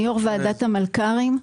אני יושבת-ראש ועדת המלכ"רים,